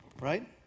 right